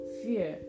fear